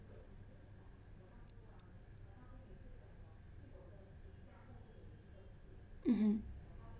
mmhmm